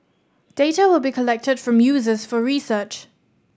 data will be collected from users for research